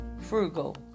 frugal